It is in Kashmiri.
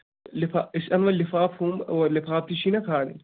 لِفا أسۍ اَنوا لِفاف ہُم اوٚوا لِفاف تہِ چھی نہ کھالٕنۍ